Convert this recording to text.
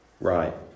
Right